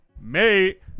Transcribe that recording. Mate